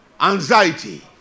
Anxiety